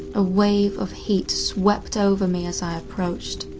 a wave of heat swept over me as i approached.